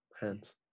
hands